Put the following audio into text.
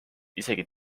isegi